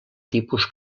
tipus